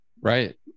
Right